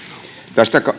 tästä